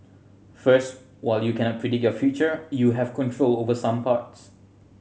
first while you cannot predict your future you have control over some parts